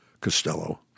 Costello